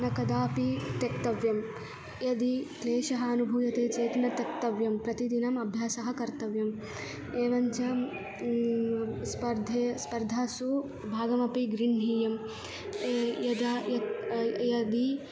न कदापि त्यक्तव्यं यदि क्लेशः अनुभूयते चेत् न त्यक्तव्यं प्रतिदिनम् अभ्यासः कर्तव्यः एवञ्च स्पर्धासु स्पर्धासु भागमपि ग्रहीतव्यं यदा यदि